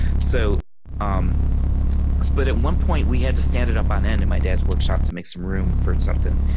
so um but at one point we had to stand it up on end in my dad's workshop to make some room for something.